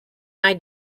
eye